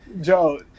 Joe